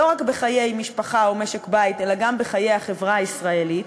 לא רק בחיי משפחה או משק-בית אלא גם בחיי החברה הישראלית.